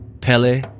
Pele